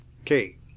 Okay